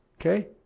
Okay